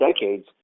decades